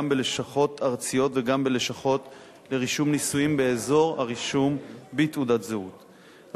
בלשכות ארציות וגם בלשכות לרישום נישואים באזור הרישום בתעודת זהות.